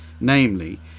namely